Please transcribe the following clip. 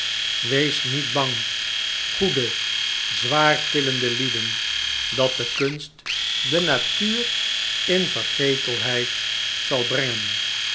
weest niet bang goede zwaartillende lieden dat de kunst de natuur in vergetelheid zal brengen